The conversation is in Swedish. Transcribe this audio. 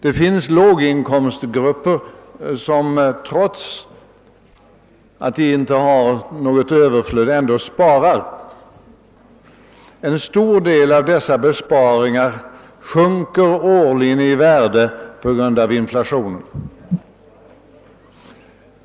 Det finns låginkomsttagare som trots att de inte har något överflöd ändå presterar ett sparande. En stor del av deras besparingar sjunker årligen i värde på grund av inflation.